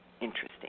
Interesting